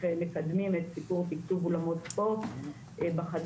מקדמים את נושא תיקצוב אולמות ספורט בחדש.